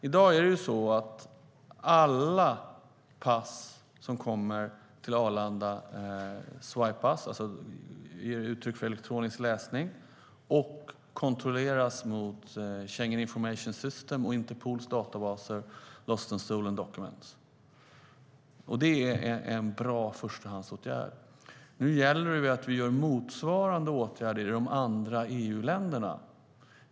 I dag avläses alla pass på Arlanda elektroniskt och kontrolleras mot Schengen Information System, SIS, och Interpols databas Stolen and Lost Travel Documents. Det är en bra förstahandsåtgärd. Det gäller dock att alla EU-länder vidtar motsvarande åtgärd.